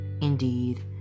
Indeed